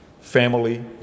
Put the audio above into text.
family